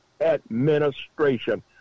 administration